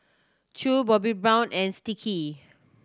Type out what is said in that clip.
Chew Bobbi Brown and Sticky